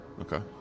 Okay